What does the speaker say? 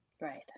Right